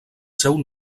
seu